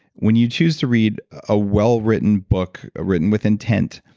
when you choose to read a well-written book, written with intent.